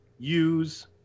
use